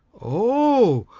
oh!